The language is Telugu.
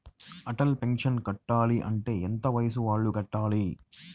అటల్ పెన్షన్ కట్టాలి అంటే ఎంత వయసు వాళ్ళు కట్టాలి?